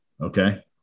Okay